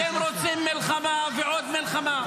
אתם רוצים מלחמה ועוד מלחמה.